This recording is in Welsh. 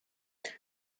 wyt